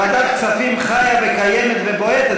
ועדת הכספים חיה וקיימת ובועטת,